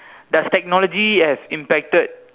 does technology have impacted